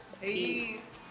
Peace